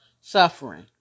suffering